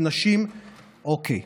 אוקיי,